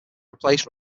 replace